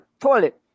toilet